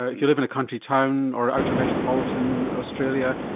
if you live in a country town or outer metropolitan australia,